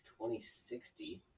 2060